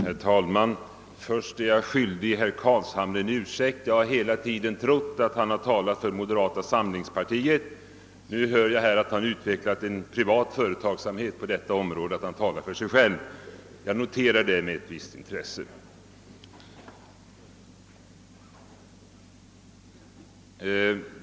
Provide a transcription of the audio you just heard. Herr talman! Jag är skyldig herr Carlshamre en ursäkt. Jag har hela tiden trott att han talade för moderata samlingspartiet; nu hör jag att han har utvecklat en privat företagsamhet på detta område och talat för sig själv. Jag noterar det med ett visst intresse.